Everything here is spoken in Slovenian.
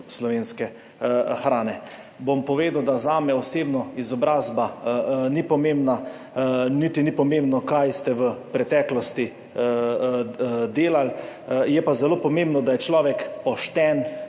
(nadaljevanje) Bom povedal, da zame osebno izobrazba ni pomembna, niti ni pomembno kaj ste v preteklosti delali, je pa zelo pomembno, da je človek pošten,